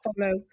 follow